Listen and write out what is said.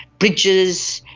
bridges,